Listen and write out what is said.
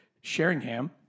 Sheringham